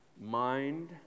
mind